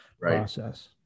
process